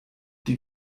die